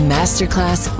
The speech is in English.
Masterclass